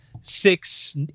six